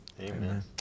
Amen